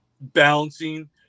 balancing